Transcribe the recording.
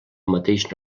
mateix